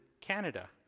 Canada